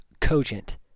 cogent